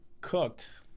cooked